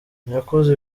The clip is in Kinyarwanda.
yakoze